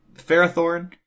Ferrothorn